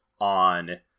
on